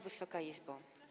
Wysoka Izbo!